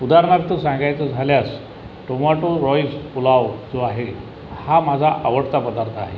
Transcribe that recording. उदारनार्थ सांगायचं झाल्यास tomato rice pulao जो आहे हा माझा आवडता पदार्थ आहे